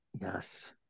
Yes